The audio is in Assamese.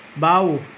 বাঁও